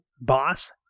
boss